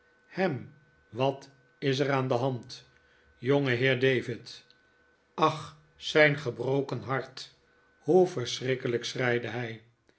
ham wat is er aan de hand jongeheer david ach zijn gebroken hart hoe verschrikkelijk schreide hij